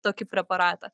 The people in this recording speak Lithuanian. tokį preparatą